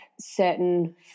certain